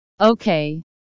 Okay